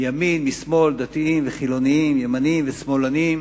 מימין ומשמאל, דתיים וחילונים, ימנים ושמאלנים,